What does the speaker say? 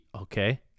Okay